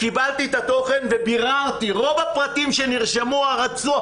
שני שקפים קדימה דיברת על לחצני מצוקה.